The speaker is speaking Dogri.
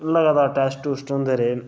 लगातार टैस्ट शुस्ट होंदे रेह्